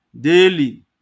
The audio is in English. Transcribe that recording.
daily